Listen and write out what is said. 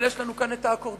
אבל יש לנו כאן את האקורדיון,